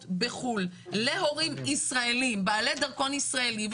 בחו"ל להורים ישראלים בעלי דרכון ישראלי,